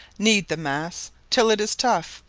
knead the mass till it is tough,